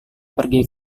pergi